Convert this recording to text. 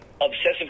Obsessive